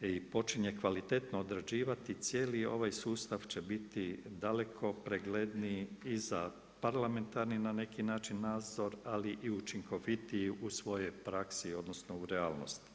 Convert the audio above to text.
i počinje kvalitetno odrađivati, cijeli ovaj sustav će biti daleko pregledniji i za parlamentarni na neki način, nazor ali i učinkovitije u svojoj praksi odnosno u realnosti.